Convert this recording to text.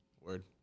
Word